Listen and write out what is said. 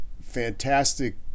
fantastic